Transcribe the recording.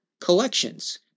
collections